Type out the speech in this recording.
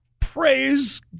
Praise